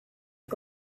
are